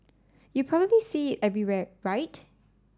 you probably see it everywhere right